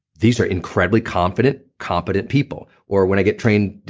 these are incredibly confident competent people. or when i get trained,